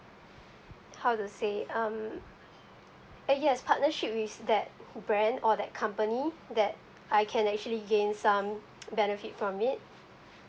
how to say um ah yes partnership with that brand or that company that I can actually gain some benefit from it